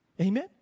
amen